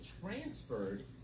transferred